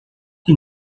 que